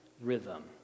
rhythm